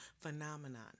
phenomenon